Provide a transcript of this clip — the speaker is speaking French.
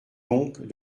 donc